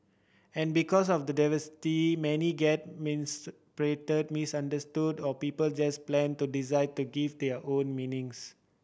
and because of the diversity many get misinterpreted misunderstood or people just plain to decide to give it their own meanings